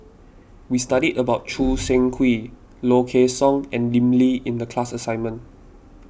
we studied about Choo Seng Quee Low Kway Song and Lim Lee in the class assignment